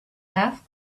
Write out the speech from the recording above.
asked